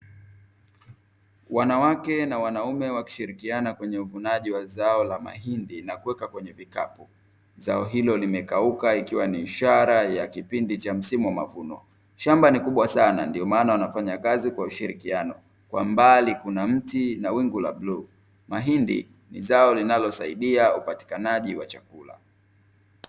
Wanawake na wanaume wakishirikiana kwenye uvunaji wa zao la mahindi na kuweka kwenye vikapu. Zao hilo limekauka ikiwa ni ishara ya kipindi cha msimu wa mavuno. Shamba ni kubwa sana ndio maana wanafanya kazi kwa ushirikiano. Kwa mbali kuna mti na wingu la bluu. Mahindi ni zao linalosaidia upatikanaji wa chakula.